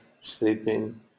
sleeping